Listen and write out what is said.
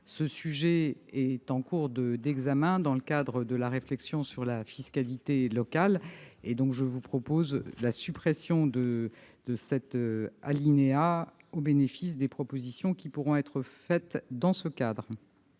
ce sujet est en cours d'examen dans le cadre de la réflexion sur la fiscalité locale. Je propose donc la suppression de cet article au bénéfice des propositions qui pourront être faites dans ce cadre.